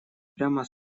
прямо